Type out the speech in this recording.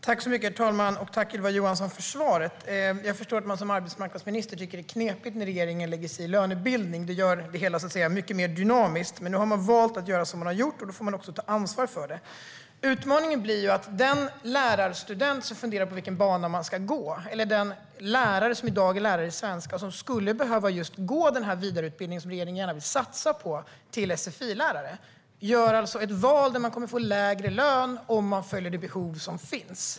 Herr talman! Tack, Ylva Johansson, för svaret! Jag förstår att man som arbetsmarknadsminister tycker att det är knepigt när regeringen lägger sig i lönebildning. Det gör det hela mycket mer dynamiskt, så att säga. Men nu har man valt att göra som man har gjort, och då får man också ta ansvar för det. Utmaningen blir ju att den lärarstudent som funderar på vilken bana man ska gå, eller den lärare som i dag är lärare i svenska och som skulle behöva gå just den här vidareutbildningen till sfi-lärare, som regeringen gärna vill satsa på, alltså gör ett val där de kommer att få lägre lön om de svarar på behov som finns.